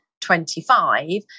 25